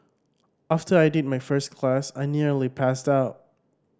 after I did my first class I nearly passed out